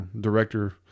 director